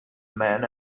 man